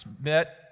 met